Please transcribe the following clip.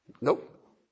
Nope